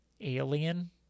alien